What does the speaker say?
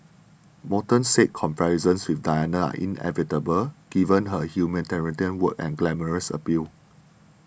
Morton says comparisons with Diana are inevitable given her humanitarian work and glamorous appeal